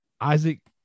Isaac